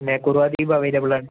പിന്നെ കുറുവ ദ്വീപും അവൈലബിൾ ആണ്